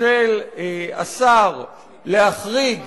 של השר להחריג